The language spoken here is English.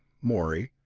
morey,